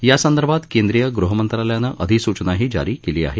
यासंदर्भात केंद्रीय गृहमंत्रालयानं अधिसूचनाही जारी केली आहे